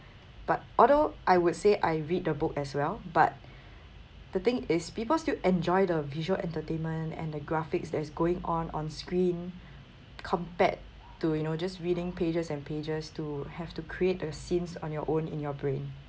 but although I would say I read the book as well but the thing is people still enjoy the visual entertainment and the graphics that is going on on screen compared to you know just reading pages and pages to have to create the scenes on your own in your brain